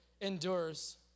endures